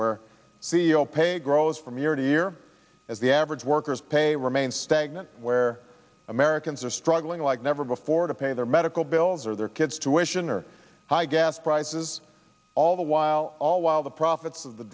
where c e o pay grows from year to year as the average worker's pay remained stagnant where americans are struggling like never before to pay their medical bills or their kids to asian or high gas prices all the while all while the profits of the